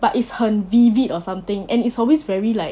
ya but it's 很 vivid or something and it's always very like